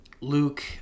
Luke